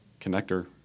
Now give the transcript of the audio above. connector